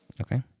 Okay